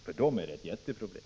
För dem är det ett jätteproblem.